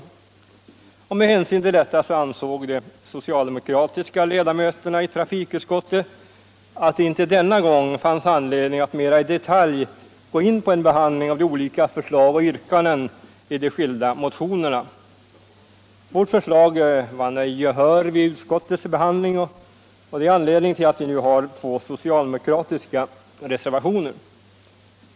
Med hänsyn till detta ansåg de socialdemokratiska ledamöterna i trafikutskottet att det inte denna gång fanns anledning att mera i detalj gå in på en behandling av förslag och yrkanden i de olika motionerna. Vårt förslag vann ej gehör vid utskottets behandling, och det är anledningen till att vi nu har två socialdemokratiska reservationer.